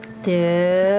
to.